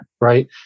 right